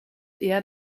eher